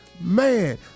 Man